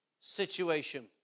situation